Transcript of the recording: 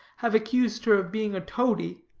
have accused her of being a toady.